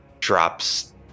drops